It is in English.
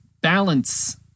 balance